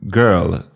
girl-